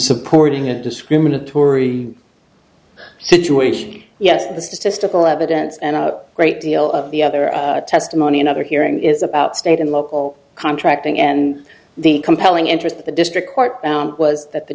supporting a discriminatory situation yes the statistical evidence and a great deal of the other testimony another hearing is about state and local contracting and the compelling interest of the district court was that the